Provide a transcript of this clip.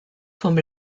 vom